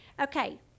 Okay